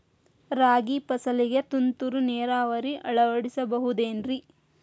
ರಾಗಿ ಫಸಲಿಗೆ ತುಂತುರು ನೇರಾವರಿ ಅಳವಡಿಸಬಹುದೇನ್ರಿ?